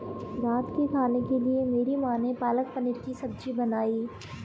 रात के खाने के लिए मेरी मां ने पालक पनीर की सब्जी बनाई है